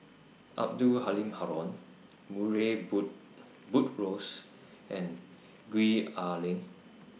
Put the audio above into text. Abdul Halim Haron Murray boot Buttrose and Gwee Ah Leng